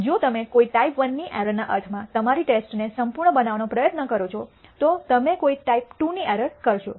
જો તમે કોઈ ટાઈપ I ની એરર ના અર્થમાં તમારી ટેસ્ટને સંપૂર્ણ બનાવવાનો પ્રયત્ન કરો છો તો તમે કોઈ ટાઈપ II ની એરર કરશો